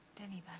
denny